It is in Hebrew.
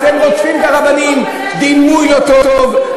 אתם מטעים את הציבור,